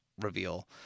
reveal